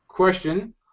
question